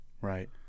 Right